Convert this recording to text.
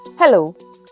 Hello